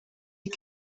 les